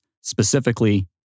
specifically